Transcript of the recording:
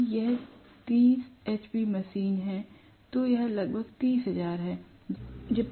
यदि यह 30 hp machine है तो यह लगभग रु 30000 है